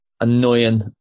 annoying